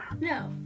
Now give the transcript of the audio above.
No